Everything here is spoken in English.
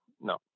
No